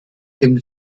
dem